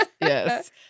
Yes